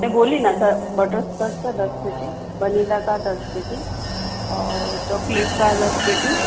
मैं बोली न बटरस्कॉच का दस पेटी वनीला का दस पेटी और चॉकलेट का दस पेटी